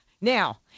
now